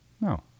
No